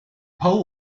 poe